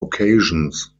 occasions